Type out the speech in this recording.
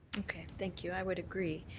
okay, thank you. i would agree.